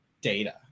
data